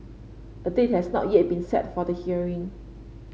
a date has not yet been set for the hearing